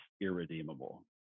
irredeemable